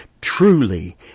truly